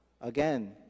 Again